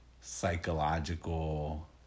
psychological